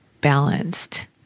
balanced